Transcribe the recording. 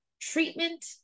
treatment